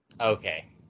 Okay